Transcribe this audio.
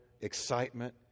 excitement